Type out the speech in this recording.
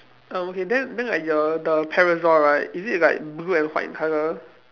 um okay then then like your the parasol right is it like blue and white in colour